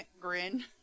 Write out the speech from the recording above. Grin